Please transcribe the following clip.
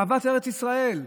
אהבת ארץ ישראל,